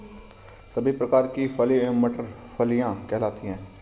सभी प्रकार की फली एवं मटर फलियां कहलाती हैं